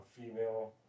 female